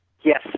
Yes